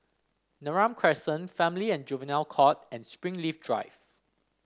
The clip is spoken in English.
Neram Crescent Family and Juvenile Court and Springleaf Drive